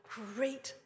great